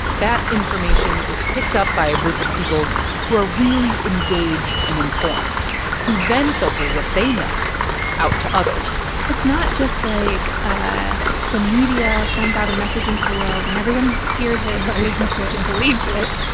that information is picked up by a group of people who are really engaged and informed who then filter what they know out to others it's not just, like, ah the media sends out a message into the world and everyone hears it. right. yeah. and listens to it and believes it.